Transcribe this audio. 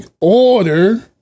order